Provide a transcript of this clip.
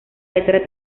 letra